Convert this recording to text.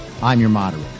imyourmoderator